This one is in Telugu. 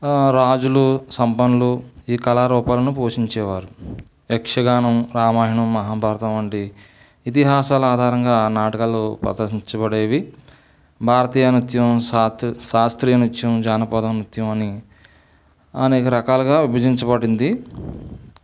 రాజులు సంపన్నులు ఈ కళారూపాలను పోషించేవారు యక్షగానం రామాయణం మహాభారతం వంటి ఇతిహాసాల ఆధారంగా నాటకాలు ప్రదర్శించబడేవి భారతీయ నృత్యం సాత్ శాస్త్రీయ నృత్యం జానపద నృత్యం అని అనేక రకాలుగా విభజించబడింది